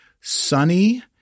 sunny